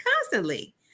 constantly